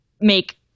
make